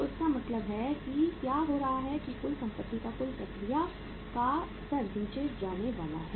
तो इसका मतलब है कि क्या हो रहा है कि कुल संपत्ति का कुल प्रक्रिया का स्तर नीचे जाने वाला है